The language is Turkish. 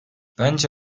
bence